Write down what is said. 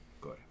Good